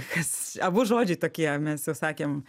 kas abu žodžiai tokie mes jau sakėm